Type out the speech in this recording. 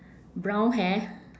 brown hair